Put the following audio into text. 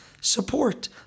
support